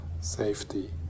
safety